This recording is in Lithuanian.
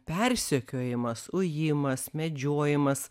persekiojimas ujimas medžiojimas